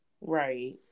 Right